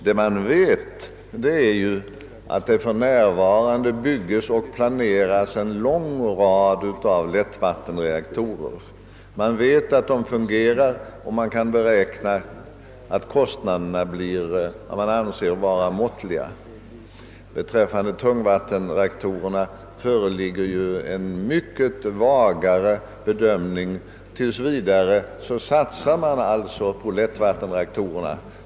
Vad man vet är att det för närvarande byggs och planeras en lång rad av lättvattenreaktorer; man vet att dessa fungerar och man kan beräkna att kostnaderna blir vad man anser måttliga. Beträffande tungvattenreaktorerna föreligger en mycket vagare bedömning. Tills vidare satsar man alltså på lättvattenreaktorerna.